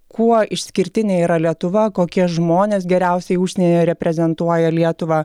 kuo išskirtinė yra lietuva kokie žmonės geriausiai užsienyje reprezentuoja lietuvą